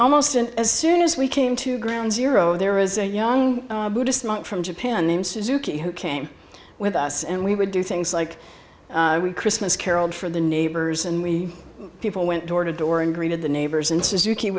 almost an as soon as we came to ground zero there was a young buddhist monk from japan named suzuki who came with us and we would do things like christmas carols for the neighbors and we people went door to door and greeted the neighbors and s